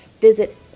Visit